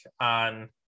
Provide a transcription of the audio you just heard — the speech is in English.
on